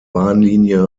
bahnlinie